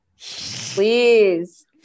Please